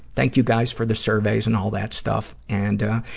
thank you, guys, for the surveys and all that stuff. and, ah,